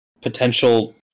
potential